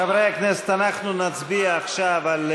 חברי הכנסת, אנחנו נצביע עכשיו על